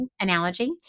analogy